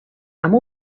amb